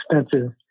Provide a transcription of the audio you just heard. expensive